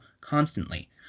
constantly